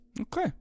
Okay